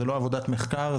זה לא עבודת מחקר,